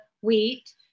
wheat